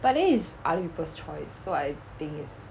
but then it's other people's choice so I think is